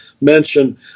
mention